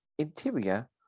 Interior